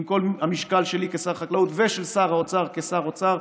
עם כל המשקל שלי כשר החקלאות ושל שר האוצר כשר אוצר,